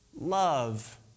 Love